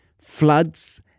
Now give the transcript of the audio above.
floods